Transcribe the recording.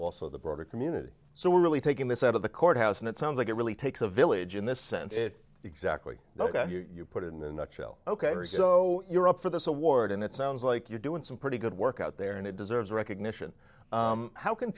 also the broader community so we're really taking this out of the courthouse and it sounds like it really takes a village in this sense exactly you put it in a nutshell ok so you're up for this award and it sounds like you're doing some pretty good work out there and it deserves recognition how can